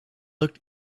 looked